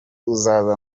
uzaza